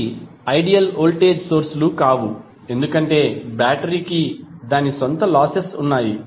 అవి ideal voltage source లు కావు ఎందుకంటే బ్యాటరీకి దాని స్వంత లాసెస్ ఉన్నాయి